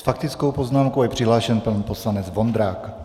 S faktickou poznámkou je přihlášen pan poslanec Vondrák.